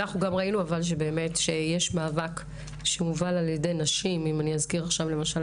ראינו שכשיש מאבק שמובל על ידי נשים למשל,